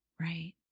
Right